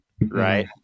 Right